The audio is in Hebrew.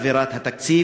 אווירת התקציב,